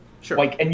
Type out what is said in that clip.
Sure